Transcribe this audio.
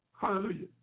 Hallelujah